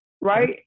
right